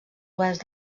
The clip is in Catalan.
oest